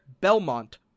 Belmont